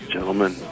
Gentlemen